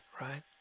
right